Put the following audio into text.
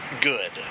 good